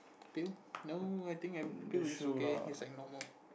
two no I think I'm two is okay he's abnormal